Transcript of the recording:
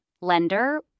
lender